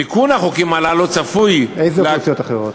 תיקון החוקים הללו צפוי, איזה אוכלוסיות אחרות?